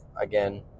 again